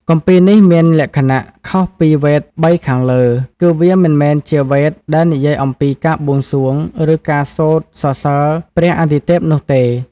គម្ពីរនេះមានលក្ខណៈខុសពីវេទបីខាងលើ គឺវាមិនមែនជាវេទដែលនិយាយអំពីការបួងសួង ឬការសូត្រសរសើរព្រះអាទិទេពនោះទេ។